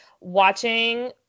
watching